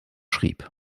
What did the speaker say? schrieb